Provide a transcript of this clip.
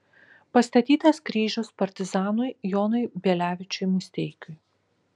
pastatytas kryžius partizanui jonui bielevičiui musteikiui